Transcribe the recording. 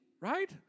right